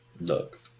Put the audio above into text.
Look